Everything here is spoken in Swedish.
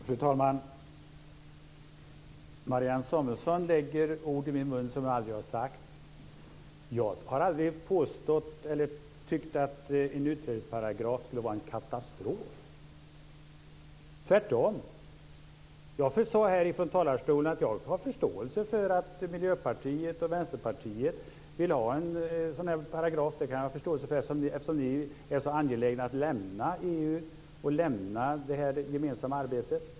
Fru talman! Marianne Samuelsson lägger ord i min mun som jag aldrig har sagt. Jag har aldrig tyckt att en utträdesparagraf skulle vara en katastrof. Tvärtom sade jag från talarstolen att jag har förståelse för att Miljöpartiet och Vänsterpartiet vill ha en sådan paragraf, eftersom ni är så angelägna om att lämna EU och det gemensamma arbetet.